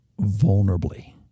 vulnerably